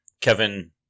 kevin